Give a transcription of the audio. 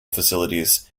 facilities